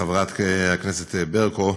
חברת הכנסת ברקו,